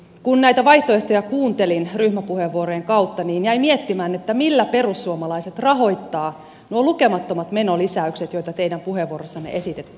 kun näitä vaihtoehtoja kuuntelin ryhmäpuheenvuorojen kautta jäin miettimään millä perussuomalaiset rahoittavat nuo lukemattomat menolisäykset joita teidän puheenvuorossanne esitettiin